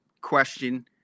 question